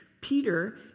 Peter